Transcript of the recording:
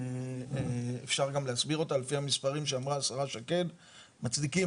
כי אנחנו כל הזמן מוצאים